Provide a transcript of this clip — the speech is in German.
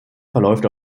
verläuft